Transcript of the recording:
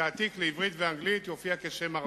בתעתיק לעברית ולאנגלית יופיע כשם ערבי.